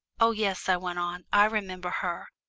oh yes, i went on, i remember her,